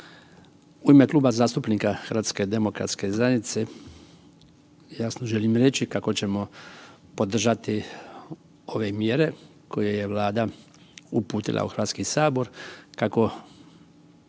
U ime Kluba zastupnika HDZ-a jasno želim reći kako ćemo podržati ove mjere koje je Vlada uputila u Hrvatski sabor, kako